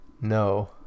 No